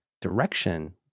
direction